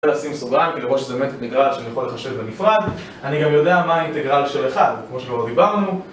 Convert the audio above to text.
...לשים סוגריים כדי לראות שזה באמת אינטגרל שאני יכול לחשב בנפרד. אני גם יודע מה האינטגרל של אחד, כמו שכבר דיברנו